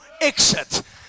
exit